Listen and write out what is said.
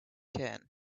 can